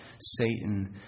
Satan